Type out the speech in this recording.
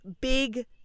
big